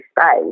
space